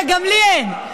הינה, גם לי אין.